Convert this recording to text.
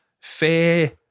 fair